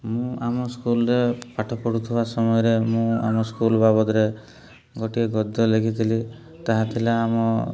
ମୁଁ ଆମ ସ୍କୁଲ୍ରେ ପାଠ ପଢ଼ୁଥିବା ସମୟରେ ମୁଁ ଆମ ସ୍କୁଲ୍ ବାବଦରେ ଗୋଟିଏ ଗଦ୍ୟ ଲେଖିଥିଲି ତାହା ଥିଲା ଆମ